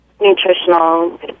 Nutritional